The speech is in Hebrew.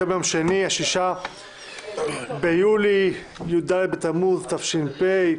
היום יום שני, 6 ביולי, י"ד בתמוז תש"ף.